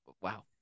Wow